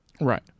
Right